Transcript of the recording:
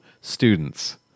students